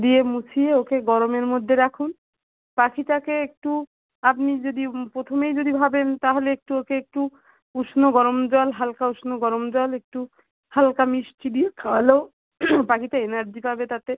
দিয়ে মুছিয়ে ওকে গরমের মধ্যে রাখুন পাখিটাকে একটু আপনি যদি প্রথমেই যদি ভাবেন তাহলে একটু ওকে একটু উষ্ণ গরম জল হালকা উষ্ণ গরম জল একটু হালকা মিষ্টি দিয়ে খাওয়ালেও পাখিটা এনার্জি পাবে তাতে